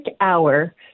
hour